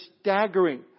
staggering